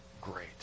great